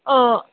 ओ